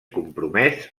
compromès